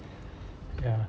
ya